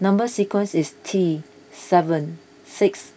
Number Sequence is T seven six